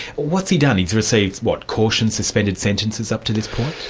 what's he done? he's received, what, cautions, suspended sentences up to this point?